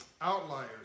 Outliers